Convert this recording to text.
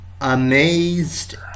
amazed